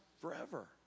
forever